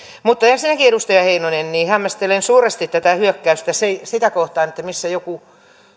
mutta ensinnäkin edustaja heinonen hämmästelen suuresti tätä hyökkäystä sitä kohtaan missä joku